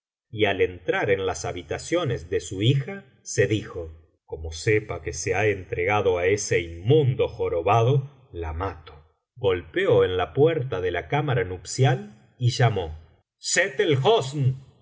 y al entrar en las habitaciones de su hija se dijo como sepa que se ha entregado á ese inmundo jorobado la mato golpeó en la puerta de la cámara nupcial y llamó sett